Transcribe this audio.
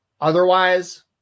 otherwise